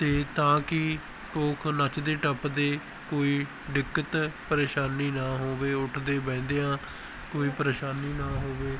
ਅਤੇ ਤਾਂ ਕਿ ਲੋਕ ਨੱਚਦੇ ਟੱਪਦੇ ਕੋਈ ਦਿੱਕਤ ਪਰੇਸ਼ਾਨੀ ਨਾ ਹੋਵੇ ਉੱਠਦੇ ਬਹਿੰਦਿਆਂ ਕੋਈ ਪਰੇਸ਼ਾਨੀ ਨਾ ਹੋਵੇ